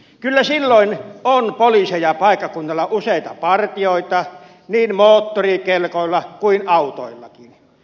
kyllä silloin on poliiseja paikkakunnalla useita partioita niin moottorikelkoilla kuin autoillakin